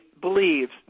believes